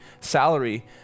salary